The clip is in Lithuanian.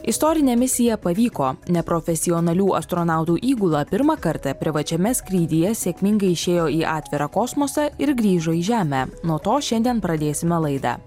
istorinė misija pavyko neprofesionalių astronautų įgula pirmą kartą privačiame skrydyje sėkmingai išėjo į atvirą kosmosą ir grįžo į žemę nuo to šiandien pradėsime laidą